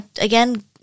again